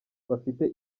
bafite